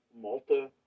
Malta